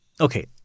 Okay